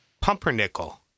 pumpernickel